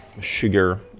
sugar